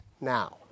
now